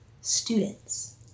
students